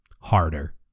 harder